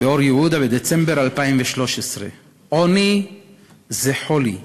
באור-יהודה בדצמבר 2013. עוני זה חולי,